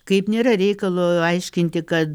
kaip nėra reikalo aiškinti kad